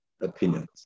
opinions